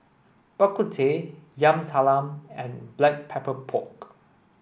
Bak Kut Teh Yam Talam and black pepper pork